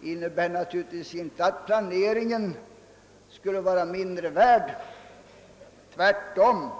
innebär naturligtvis inte att planeringen skulle vara mindre värd, tvärtom.